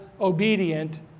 obedient